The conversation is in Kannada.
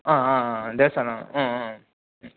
ಹಾಂ ಹಾಂ ಹಾಂ ದೇವಸ್ಥಾನ ಹ್ಞೂ ಹ್ಞೂ ಹ್ಞೂ